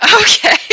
Okay